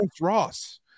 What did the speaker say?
Ross